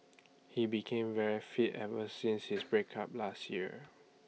he became very fit ever since his break up last year